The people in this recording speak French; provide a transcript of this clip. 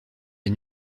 les